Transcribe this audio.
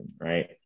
right